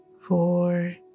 four